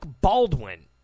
Baldwin